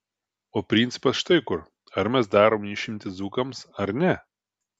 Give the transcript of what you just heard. o principas štai kur ar mes darome išimtį dzūkams ar ne